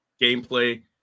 gameplay